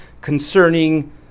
concerning